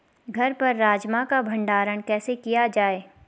घर पर राजमा का भण्डारण कैसे किया जाय?